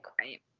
right